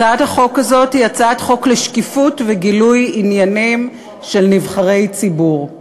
הצעת החוק הזאת היא הצעת חוק לשקיפות וגילוי עניינים של נבחרי ציבור.